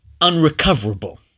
unrecoverable